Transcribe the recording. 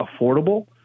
affordable